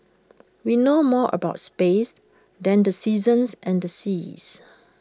we know more about space than the seasons and the seas